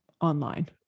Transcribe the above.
online